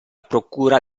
procura